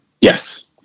Yes